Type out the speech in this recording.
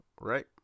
right